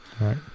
Right